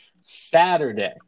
Saturday